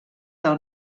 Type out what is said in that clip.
del